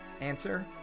Answer